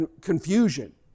confusion